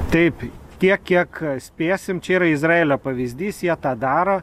taip tiek kiek spėsim čia yra izraelio pavyzdys jie tą daro